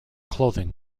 clothing